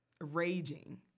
raging